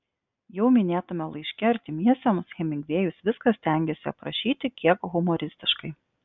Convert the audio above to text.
jau minėtame laiške artimiesiems hemingvėjus viską stengėsi aprašyti kiek humoristiškai